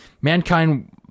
Mankind